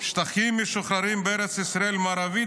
השטחים המשוחררים בארץ ישראל המערבית